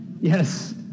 Yes